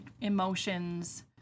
emotions